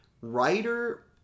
Writer